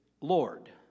Lord